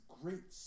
great